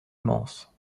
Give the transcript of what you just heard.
immense